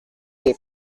des